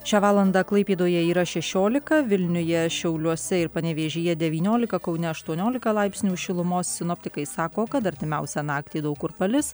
šią valandą klaipėdoje yra šešiolika vilniuje šiauliuose ir panevėžyje devyniolika kaune aštuoniolika laipsnių šilumos sinoptikai sako kad artimiausią naktį daug kur palis